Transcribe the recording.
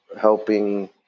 helping